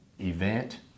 event